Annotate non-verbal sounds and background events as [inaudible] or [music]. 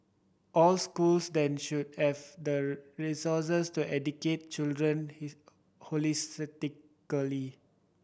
all schools then should have the resources to educate children [unintelligible] holistically